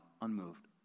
unmoved